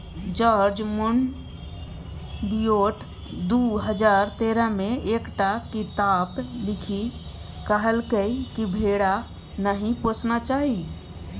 George Monbiot दु हजार तेरह मे एकटा किताप लिखि कहलकै कि भेड़ा नहि पोसना चाही